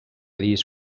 least